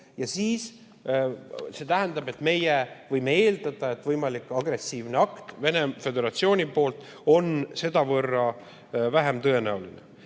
see siis tähendab, et meie võime eeldada, et võimalik agressiivne akt Venemaa Föderatsiooni poolt on sellevõrra vähem tõenäoline?